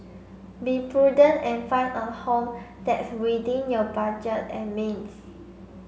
be prudent and find a home that's within your budget and means